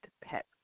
pet